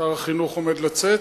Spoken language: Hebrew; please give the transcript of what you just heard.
שר החינוך עומד לצאת.